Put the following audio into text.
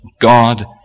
God